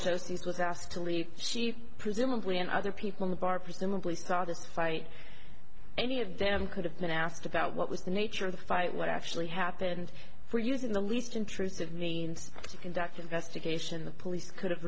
logistics was asked to leave she presumably and other people in the bar presumably started the fight any of them could have been asked about what was the nature of the fight what actually happened for using the least intrusive means to conduct an investigation the police could have